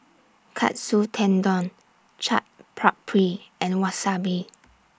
Katsu Tendon Chaat Papri and Wasabi